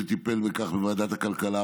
שטיפל בכך בוועדת הכלכלה,